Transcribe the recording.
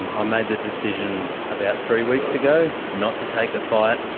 i made the decision about three weeks ago not to take the fight.